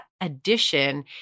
addition